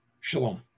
Shalom